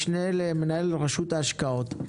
משנה למנהל רשות ההשקעות,